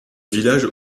village